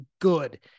good